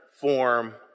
form